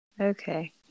okay